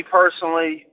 personally